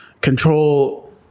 control